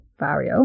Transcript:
Vario